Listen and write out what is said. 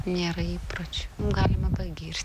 nėra įpročio galima pagirti